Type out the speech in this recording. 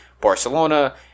Barcelona